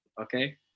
Okay